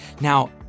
Now